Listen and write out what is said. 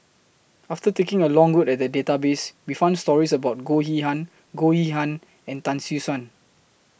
after taking A Long Look At The Database We found stories about Goh Goh Yihan and Tan Siew Sin